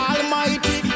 Almighty